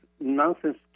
nonsense